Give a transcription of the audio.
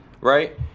Right